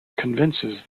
convinces